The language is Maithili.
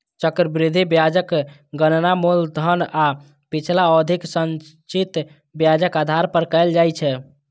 चक्रवृद्धि ब्याजक गणना मूलधन आ पिछला अवधिक संचित ब्याजक आधार पर कैल जाइ छै